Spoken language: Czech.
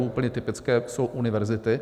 Úplně typické jsou univerzity.